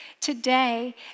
today